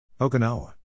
Okinawa